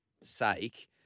sake